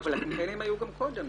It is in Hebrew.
אבל הקמפיינים היו גם קודם.